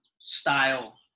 style